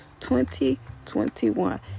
2021